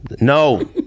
No